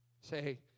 Say